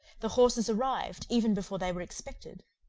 the horses arrived, even before they were expected,